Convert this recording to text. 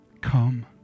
Come